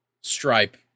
stripe